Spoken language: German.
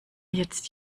jetzt